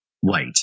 white